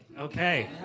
Okay